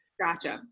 Gotcha